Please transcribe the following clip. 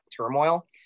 turmoil